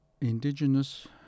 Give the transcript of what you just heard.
indigenous